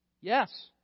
Yes